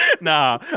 Nah